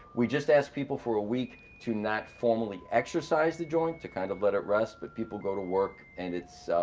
we just ask people for a week to not formally exercise the joint, to kind of let it rest. but people go to work, and